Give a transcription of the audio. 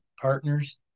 partners